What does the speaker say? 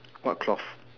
what cloth